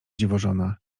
dziwożona